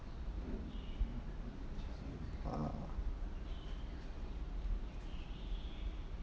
ah